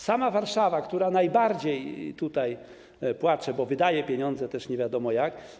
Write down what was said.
Sama Warszawa, która najbardziej tutaj płacze, bo wydaje pieniądze też nie wiadomo jak.